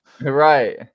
Right